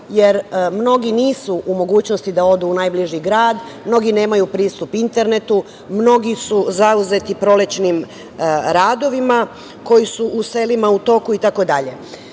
jer mnogi nisu u mogućnosti da odu u najbliži grad, mnogi nemaju pristup internetu, mnogi su zauzeti prolećnim radovima koji su u selima u toku, itd,